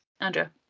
Andrea